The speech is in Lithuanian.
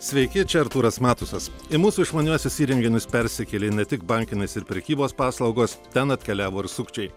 sveiki čia artūras matusas į mūsų išmaniuosius įrenginius persikėlė ne tik bankinės ir prekybos paslaugos ten atkeliavo ir sukčiai